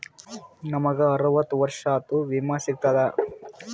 ನಮ್ ಗ ಅರವತ್ತ ವರ್ಷಾತು ವಿಮಾ ಸಿಗ್ತದಾ?